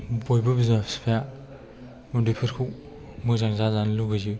बयबो बिमा बिफाया उन्दैफोरखौ मोजां जाजानो लुबैयो